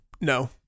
No